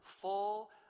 full